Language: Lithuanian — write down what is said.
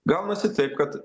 gaunasi taip kad